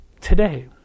today